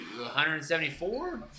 174